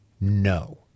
No